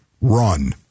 run